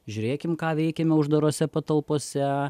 žiūrėkim ką veikiame uždarose patalpose